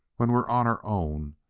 when we're on our own,